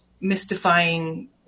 mystifying